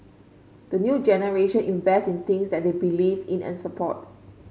the new generation invests in things that they believe in and support